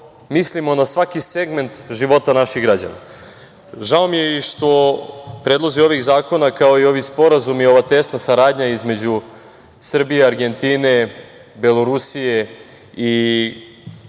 mislimo na svaki segment života naših građana. Žao mi je i što predlozi ovih zakona, kao i ovi sporazumi i ova tesna saradnja između Srbije, Argentine, Belorusije i